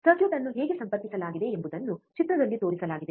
circuit ಅನ್ನು ಹೇಗೆ ಸಂಪರ್ಕಿಸಲಾಗಿದೆ ಎಂಬುದನ್ನು ಚಿತ್ರದಲ್ಲಿ ತೋರಿಸಲಾಗಿದೆ